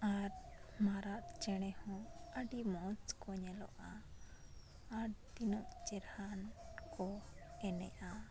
ᱟᱨ ᱢᱟᱨᱟᱜ ᱪᱮᱬᱮ ᱦᱚᱸ ᱟᱹᱰᱤ ᱢᱚᱡᱽ ᱠᱚ ᱧᱮᱞᱚᱜᱼᱟ ᱟᱨ ᱛᱤᱱᱟᱹᱜ ᱪᱮᱨᱦᱟᱱ ᱠᱚ ᱮᱱᱮᱡᱟ